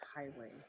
highway